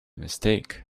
mistake